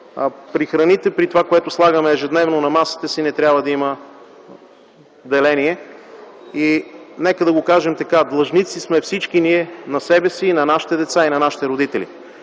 при храните, при това, което слагаме ежедневно на масата си, не трябва да има деление. Нека го кажем така: всички ние сме длъжници на себе си, на нашите деца и на нашите родители.